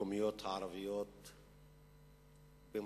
המקומיות הערביות במחאה